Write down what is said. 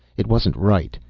it wasn't right.